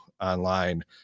online